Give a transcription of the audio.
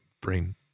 Brain